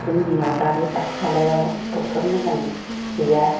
जोंनियाव दा बे खाथि खालायाव दक्ट'र मोजां गैया